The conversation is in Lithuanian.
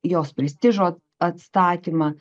jos prestižo atstatymą